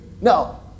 No